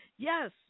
Yes